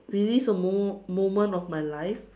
relive a moment moment of my life